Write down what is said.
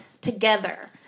together